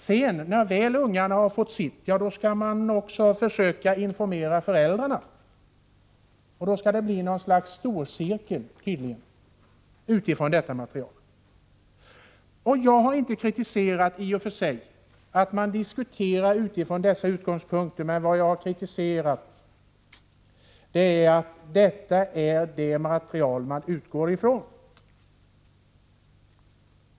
Sedan, när ungarna väl har fått sitt, skall man försöka informera föräldrarna — det skall då tydligen bli något slags storcirkel med utgångspunkt i detta material. Jag har inte kritiserat att man diskuterar från dessa utgångspunkter — vad jag har kritiserat är att detta är det material man utgår ifrån.